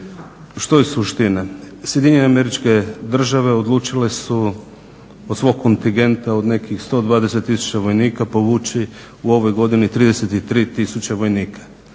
Što je suština? Sjedinjene Američke Države odlučile su od svog kontingenta od nekih 120 tisuća vojnika povući u ovoj godini 33 tisuće vojnika.